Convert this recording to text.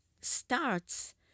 starts